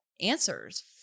answers